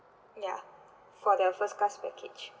ya for the first class package